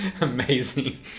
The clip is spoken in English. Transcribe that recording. Amazing